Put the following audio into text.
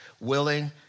willing